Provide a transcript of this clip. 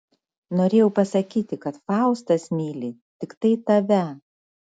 norėjau pasakyti kad faustas myli tiktai tave